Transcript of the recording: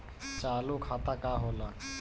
चालू खाता का होला?